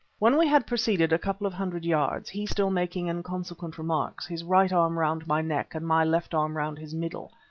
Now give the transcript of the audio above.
when we had proceeded a couple of hundred yards, he still making inconsequent remarks, his right arm round my neck and my left arm round his middle,